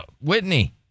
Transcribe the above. Whitney